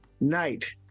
night